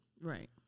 Right